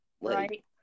Right